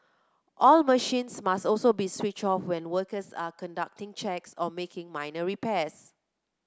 all machines must also be switch off when workers are conducting checks or making minor repairs